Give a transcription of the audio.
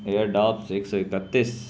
year ڈاپس ایک سو اکتس